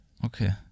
Okay